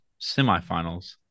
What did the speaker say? semifinals